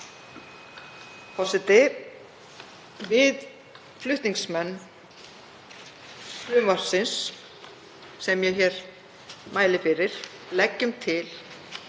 Forseti. Við flutningsmenn frumvarpsins sem ég hér mæli fyrir leggjum til